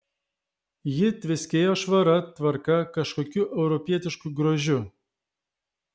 ji tviskėjo švara tvarka kažkokiu europietišku grožiu